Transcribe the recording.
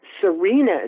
Serena's